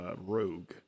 Rogue